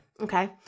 okay